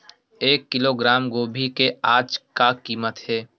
एक किलोग्राम गोभी के आज का कीमत हे?